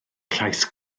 llais